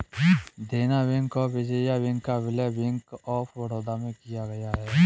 देना बैंक और विजया बैंक का विलय बैंक ऑफ बड़ौदा में किया गया है